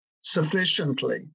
sufficiently